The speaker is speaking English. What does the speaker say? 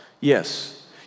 Yes